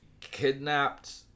kidnapped